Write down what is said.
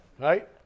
Right